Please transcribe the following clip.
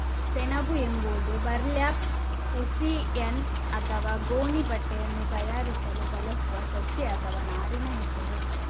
ಸೆಣಬು ಎಂಬುದು burlap, hessian ಅಥವಾ ಗೋಣಿ ಬಟ್ಟೆಯನ್ನು ತಯಾರಿಸಲು ಬಳಸುವ ಸಸ್ಯ ಅಥವಾ ನಾರಿನ ಹೆಸರು